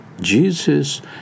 Jesus